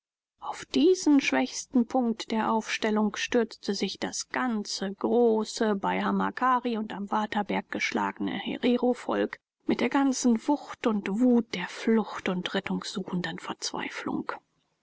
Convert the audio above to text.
auf diesen schwächsten punkt der aufstellung stürzte sich das ganze große bei hamakari und am waterberg geschlagene hererovolk mit der ganzen wucht und wut der flucht und rettung suchenden verzweiflung